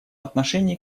отношении